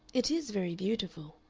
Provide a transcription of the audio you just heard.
it is very beautiful,